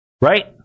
right